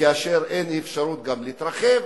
כאשר אין אפשרות גם להתרחב,